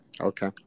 okay